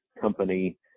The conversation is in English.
company